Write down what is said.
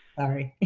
sorry.